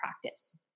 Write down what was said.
practice